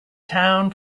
town